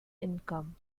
income